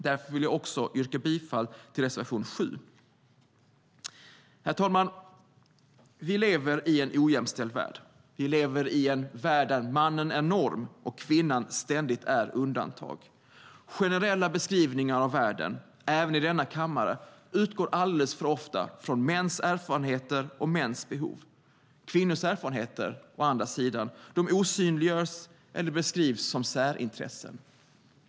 Därför yrkar jag också bifall till reservation 7. Herr talman! Vi lever i ojämställd värld. Vi lever i en värld där mannen är norm och kvinnan ständigt är undantag. Generella beskrivningar av världen, även i denna kammare, utgår alldeles för ofta från mäns erfarenhet och mäns behov. Kvinnors erfarenheter å andra sidan osynliggörs eller beskrivs som särintressen.